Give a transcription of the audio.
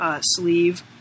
sleeve